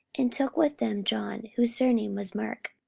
and took with them john, whose surname was mark.